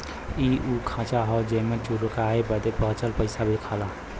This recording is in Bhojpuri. इ उ खांचा हौ जेमन चुकाए बदे बचल पइसा दिखला